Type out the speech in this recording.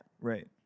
Right